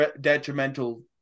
detrimental